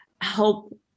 help